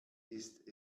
ist